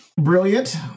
brilliant